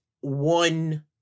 one